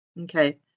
Okay